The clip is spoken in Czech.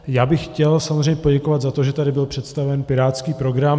Já bych chtěl samozřejmě poděkovat za to, že tady byl představen pirátský program.